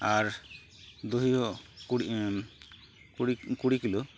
ᱟᱨ ᱫᱳᱭᱦᱚᱸ ᱠᱩᱲᱤ ᱠᱩᱲᱤ ᱠᱤᱞᱳ